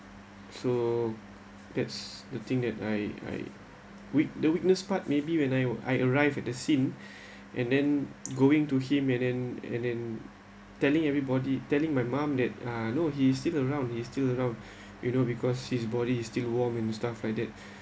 so that's the thing that I I wit the witness part maybe when I I arrived at the scene and then going to him and then and then telling everybody telling my mom that uh no he is still around he is still around you know because his body is still warm and stuff like that